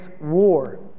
war